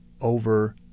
over